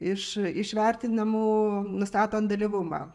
iš iš vertinamų nustatan dalyvumą